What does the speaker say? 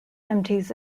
empties